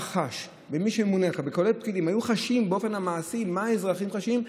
מי שממונה וכל הפקידים היו חשים באופן מעשי מה האזרחים חשים,